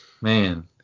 Man